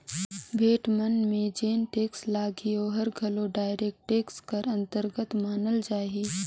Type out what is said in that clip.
भेंट मन में जेन टेक्स लगही ओहर घलो डायरेक्ट टेक्स कर अंतरगत मानल जाही